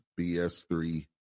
BS3